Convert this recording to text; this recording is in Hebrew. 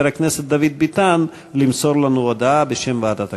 הכנסת דוד ביטן למסור לנו הודעה בשם ועדת הכנסת.